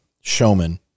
Showman